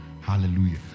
Hallelujah